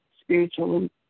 spiritually